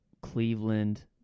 Cleveland